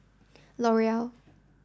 L Oreal